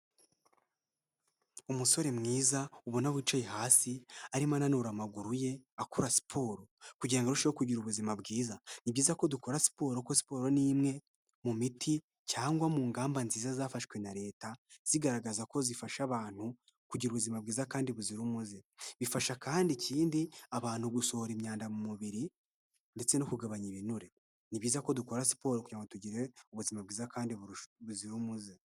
Umusore mwiza ubona wicaye hasi arimo ananura amaguru ye akora siporo kugirango ngo arusheho kugira ubuzima bwiza, ni byiza ko dukora siporo kuko siporo ni imwe mu miti cyangwa mu ngamba nziza zafashwe na leta zigaragaza ko zifasha abantu kugira ubuzima bwiza kandi buzira umuze, bifasha kandi ikindi abantu gusohora imyanda mu mubiri ndetse no kugabanya ibinure, ni byiza ko dukora siporo kugira ngo tugire ubuzima bwiza kandi buzira umuze.